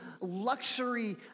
luxury